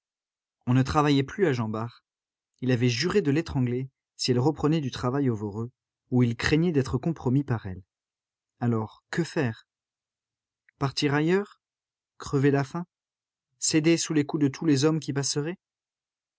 on ne travaillait plus à jean bart il avait juré de l'étrangler si elle reprenait du travail au voreux où il craignait d'être compromis par elle alors que faire partir ailleurs crever la faim céder sous les coups de tous les hommes qui passeraient